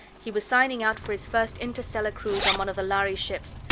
he was signing out for his first interstellar cruise on one of the lhari ships.